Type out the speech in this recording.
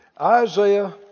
Isaiah